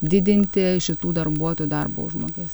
didinti šitų darbuotojų darbo užmokes